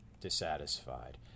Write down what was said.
dissatisfied